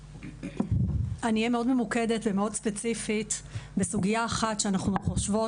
אני אהיה מאוד ממוקדת ומאוד ספציפית בסוגייה אחת שאנחנו חושבות